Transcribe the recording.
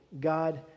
God